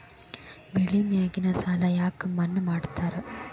ಬೆಳಿ ಮ್ಯಾಗಿನ ಸಾಲ ಯಾಕ ಮನ್ನಾ ಮಾಡ್ತಾರ?